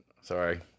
Sorry